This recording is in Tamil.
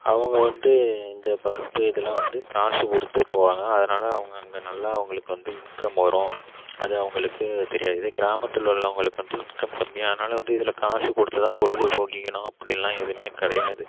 அவங்க வந்து இந்த பப்பு இதெலாம் வந்து காசு கொடுத்து போவாங்க அதனால் அவங்க அந்த நல்லா அவங்களுக்கு வந்து இன்கம் வரும் அது அவங்களுக்கு தெரியாது இதே கிராமத்தில் உள்ளவர்களுக்கு வந்து இன்கம் கம்மியானால் வந்து இதில் காசு கொடுத்துதான் பொழுதுபோக்கிக்கணும் அப்படின்லாம் எதுவுமே கிடையாது